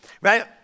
Right